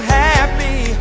happy